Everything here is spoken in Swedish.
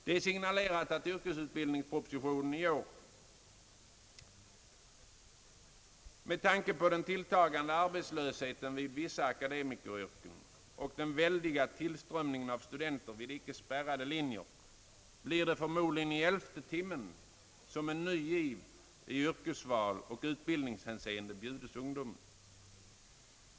Det har signalerats en yrkesutbildningsproposition i år. Med tanke på den tilltagande arbetslösheten i vissa aka demikeryrken och den väldiga tillströmningen av studenter vid icke spärrade linjer blir det förmodligen i elfte timmen som en ny giv i yrkesval och utbildningshänseende bjudes ungdomen.